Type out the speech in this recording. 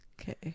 Okay